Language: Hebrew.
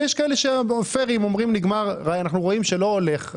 ויש כאלה שאומרים: אנחנו רואים שלא הולך,